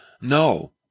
No